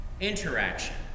interaction